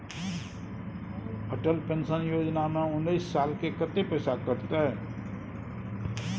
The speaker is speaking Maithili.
अटल पेंशन योजना में उनैस साल के कत्ते पैसा कटते?